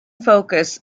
focus